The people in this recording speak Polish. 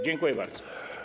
Dziękuję bardzo.